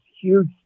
huge